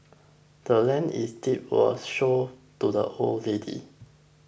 the land's deed was sold to the old lady